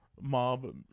mob